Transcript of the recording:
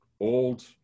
old